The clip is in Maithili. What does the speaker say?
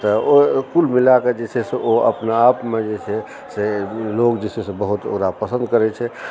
तऽ ओ कुल मिलाके जे छै से ओ अपना आपमे जे छै से लोग जे छै से ओकरा बहुत पसन्द करै छै